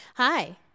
Hi